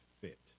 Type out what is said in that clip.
fit